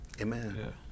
Amen